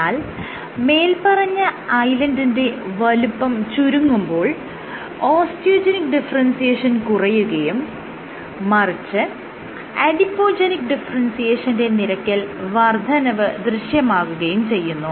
എന്നാൽ മേല്പറഞ്ഞ ഐലൻഡിന്റെ വലുപ്പം ചുരുങ്ങുമ്പോൾ ഓസ്റ്റിയോജെനിക്ക് ഡിഫറെൻസിയേഷൻ കുറയുകയും മറിച്ച് അഡിപോജെനിക് ഡിഫറെൻസിയേഷന്റെ നിരക്കിൽ വർദ്ധനവ് ദൃശ്യമാകുകയും ചെയ്യുന്നു